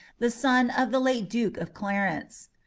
the son of the late duke of clarence.